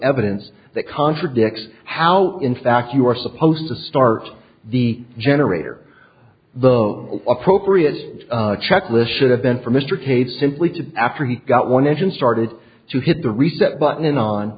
evidence that contradicts how in fact you were supposed to start the generator the appropriate checklist should have been for mr cade simply to after he got one engine started to hit the reset button on